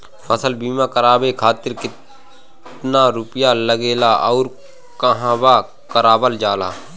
फसल बीमा करावे खातिर केतना रुपया लागेला अउर कहवा करावल जाला?